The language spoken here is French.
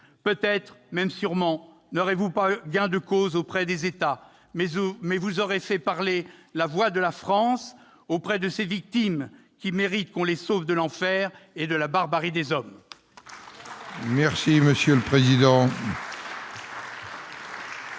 Peut-être, et même sûrement, n'aurez-vous pas gain de cause auprès des États. Mais vous aurez fait porter la voix de la France auprès de ces victimes qui méritent qu'on les sauve de l'enfer et de la barbarie des hommes